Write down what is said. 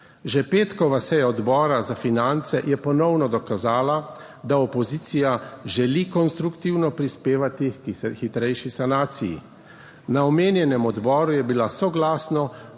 Že petkova seja Odbora za finance je ponovno dokazala, da opozicija želi konstruktivno prispevati k hitrejši sanaciji. Na omenjenem odboru je bila soglasno,